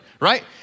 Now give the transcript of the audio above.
right